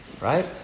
right